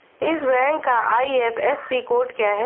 इस बैंक का IFSC code क्या है?